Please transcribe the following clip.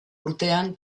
urtean